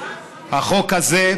החוק הזה,